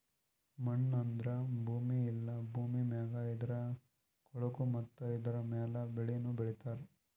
ಮಣ್ಣು ಅಂದುರ್ ಭೂಮಿ ಇಲ್ಲಾ ಭೂಮಿ ಮ್ಯಾಗ್ ಇರದ್ ಕೊಳಕು ಮತ್ತ ಇದುರ ಮ್ಯಾಲ್ ಬೆಳಿನು ಬೆಳಿತಾರ್